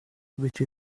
which